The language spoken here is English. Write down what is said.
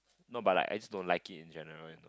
no but like I just don't like it in general